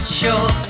sure